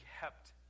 kept